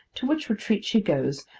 to which retreat she goes,